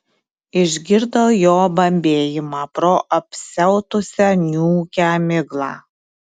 išgirdo jo bambėjimą pro apsiautusią niūkią miglą